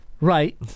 Right